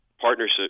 partnership